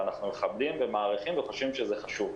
ואנחנו מכבדים ומעריכים וחושבים שזה חשוב,